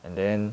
and then